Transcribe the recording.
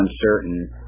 uncertain